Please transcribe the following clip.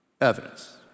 evidence